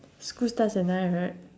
school starts at nine right